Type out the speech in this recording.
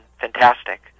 fantastic